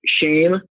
shame